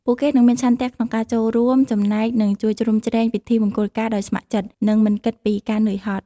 ពួកគេនឹងមាន ឆន្ទៈ ក្នុងការចូលរួមចំណែក និង ជួយជ្រោមជ្រែង ពិធីមង្គលការដោយស្ម័គ្រចិត្ត និងមិនគិតពីការនឿយហត់។